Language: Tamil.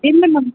இல்லை மேடம்